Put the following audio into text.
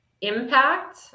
impact